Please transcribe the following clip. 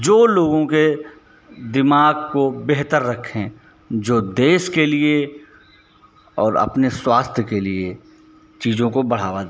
जो लोगों के दिमाग को बेहतर रखें जो देश के लिए और अपने स्वास्थ्य के लिए चीज़ों को बढ़ावा दें